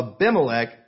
Abimelech